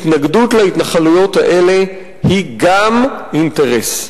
התנגדות להתנחלויות האלה היא גם אינטרס.